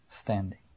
standing